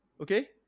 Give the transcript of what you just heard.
Okay